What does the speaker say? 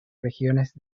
regiones